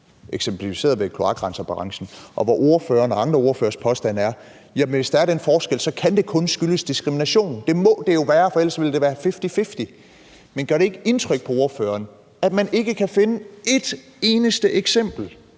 eksemplificeret ved kloakrenserbranchen, og hvor ordførerens og andre ordføreres påstand er, at hvis der er den forskel, kan det kun skyldes diskrimination. Det må det jo være, for ellers ville det være fifty-fifty. Men gør det ikke indtryk på ordføreren, at man ikke kan finde et eneste eksempel